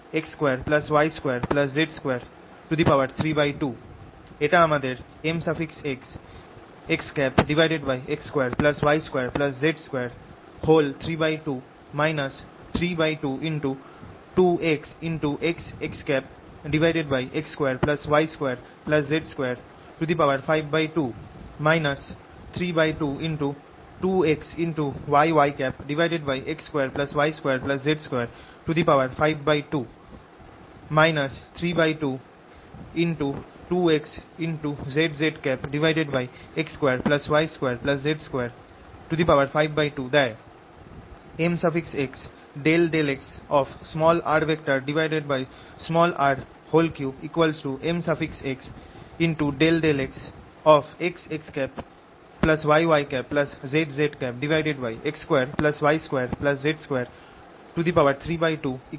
এটা আমাদের mxxx2y2z232 322xxxx2y2z252 322xyyx2y2z252 322xzzx2y2z252 দেয়